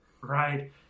Right